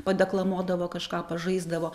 padeklamuodavo kažką pažaisdavo